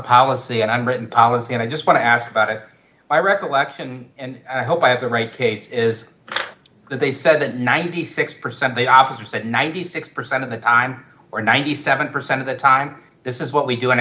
policy and i'm written policy and i just want to ask about it my recollection and i hope i have the right case is that they said that ninety six percent of the officers at ninety six percent of the time or ninety seven percent of the time this is what we do